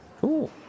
Cool